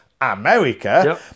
America